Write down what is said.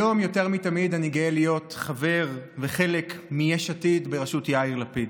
היום יותר מתמיד אני גאה להיות חבר וחלק מיש עתיד בראשות יאיר לפיד,